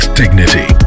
dignity